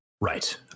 Right